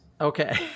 Okay